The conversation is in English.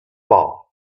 bar